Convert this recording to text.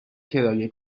کرایه